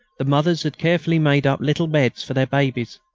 the mothers had carefully made up little beds for their babies,